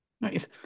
Nice